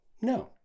no